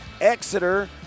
Exeter